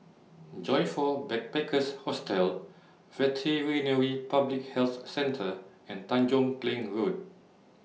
Joyfor Backpackers' Hostel Veterinary Public Health Centre and Tanjong Kling Road